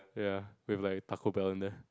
ya with like Taco-Bell in there